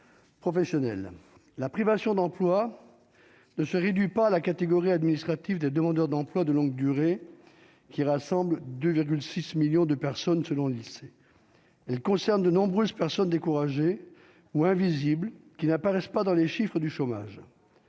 professionnelle, la privation d'emploi ne se réduit pas à la catégorie administrative de demandeurs d'emploi de longue durée, qui rassemble 2 6 millions de personnes, selon l'Insee, elle concerne de nombreuses personnes découragées ou invisible qui n'apparaissent pas dans les chiffres du chômage,